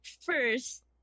first